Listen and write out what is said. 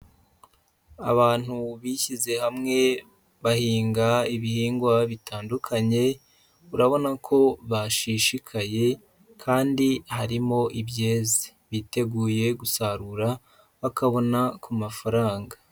Abantu bishyize hamwe bahinga ibihingwa bitandukanye, urabona ko bashishikaye kandi harimo ibyeze biteguye gusarura bakabona ku mafaranga.